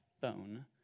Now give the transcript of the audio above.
phone